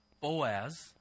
Boaz